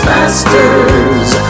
Masters